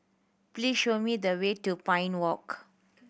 please show me the way to Pine Walk